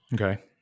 Okay